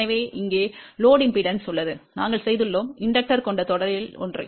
எனவே இங்கே சுமை மின்மறுப்பு உள்ளது நாங்கள் சேர்த்துள்ளோம் தூண்டல் கொண்ட தொடரில் ஒன்று